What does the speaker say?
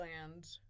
Land